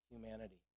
humanity